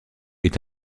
est